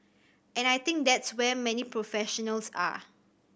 and I think that's where many professionals are